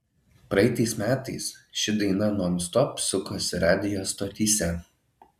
praeitais metais ši daina nonstop sukosi radijo stotyse